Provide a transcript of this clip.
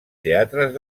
teatres